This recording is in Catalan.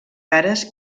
cares